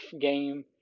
game